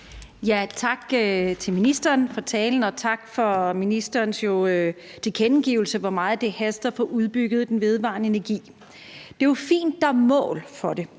Tak til ministeren for talen, og tak for ministerens tilkendegivelse af, hvor meget det haster at få udbygget den vedvarende energi. Det er jo fint, at der er mål for det,